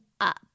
up